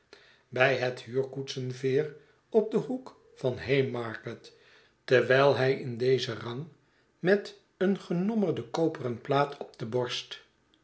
bij het huurkoetsenveer op den hoek van haymarket terwijl hij in dezen rang met eene genommerde koperen plaatop de borst